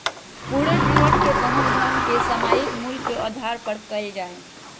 पूरे जीवन के वहन धन के सामयिक मूल्य के आधार पर कइल जा हई